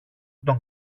τον